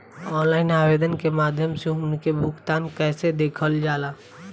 Online आवेदन के माध्यम से उनके भुगतान कैसे देखल जाला?